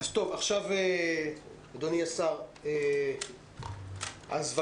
אדוני השר להשכלה גבוהה,